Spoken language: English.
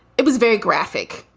it was very graphic.